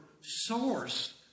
source